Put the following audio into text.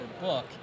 book